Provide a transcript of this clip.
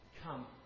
Come